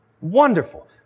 wonderful